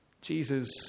Jesus